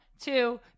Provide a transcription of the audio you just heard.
two